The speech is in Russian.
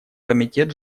комитет